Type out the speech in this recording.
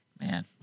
Man